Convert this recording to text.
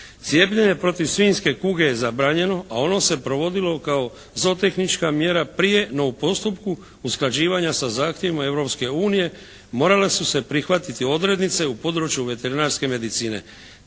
Cijepljenje protiv svinjske kuge je zabranjeno a ono se provodilo kao ZOO tehnička mjera prije no u postupku usklađivanja sa zahtjevima Europske unije morale su se prihvatiti odrednice u području veterinarske medicine.